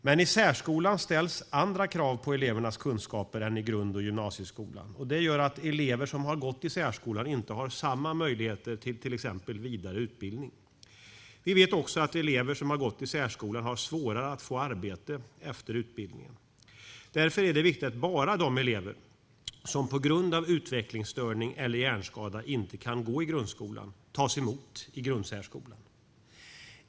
Men i särskolan ställs andra krav på elevernas kunskaper än i grund och gymnasieskolan. Det gör att elever som har gått i särskolan inte har samma möjligheter till vidare utbildning. Vi vet också att elever som har gått i särskolan har svårare att få arbete efter utbildningen. Därför är det viktigt att bara de elever som på grund av utvecklingsstörning eller hjärnskada inte kan gå i grundskolan tas emot i grundsärskolan.